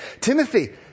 Timothy